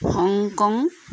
Hong Kong